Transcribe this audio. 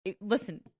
listen